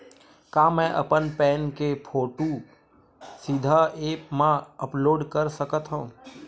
का मैं अपन पैन के फोटू सीधा ऐप मा अपलोड कर सकथव?